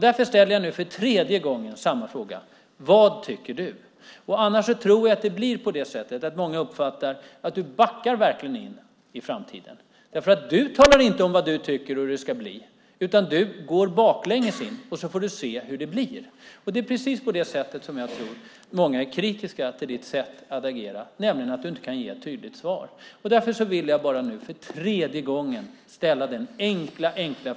Därför ställer jag nu för tredje gången samma fråga: Vad tycker du? Annars tror jag att det blir på det sättet att många uppfattar att du verkligen backar in i framtiden. Du talar inte om vad du tycker och hur det ska bli. Du går baklänges in, och så får du se hur det blir. Det är precis av det skälet som jag tror att många är kritiska till ditt sätt att agera, nämligen att du inte kan ge ett tydligt svar. Därför vill jag bara nu, för tredje gången, ställa denna enkla fråga.